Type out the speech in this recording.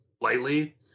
lightly